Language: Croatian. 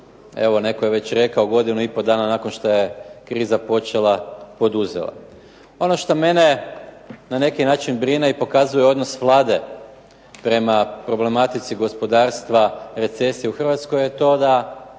evo netko je već rekao godinu i pol dana nakon što je kriza počela poduzeo. Ono što mene na neki način brine i pokazuje odnos Vlade prema problematici gospodarstva recesije u Hrvatskoj je to da